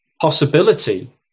possibility